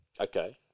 Okay